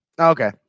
Okay